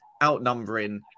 outnumbering